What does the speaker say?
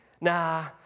Nah